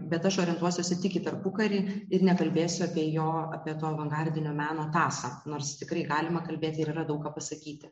bet aš orientuosiuosi tik į tarpukarį ir nekalbėsiu apie jo apie to avangardinio meno tąsą nors tikrai galima kalbėti ir yra daug ką pasakyti